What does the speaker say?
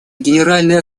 генеральной